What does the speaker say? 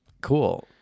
cool